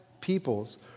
peoples